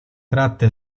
tratta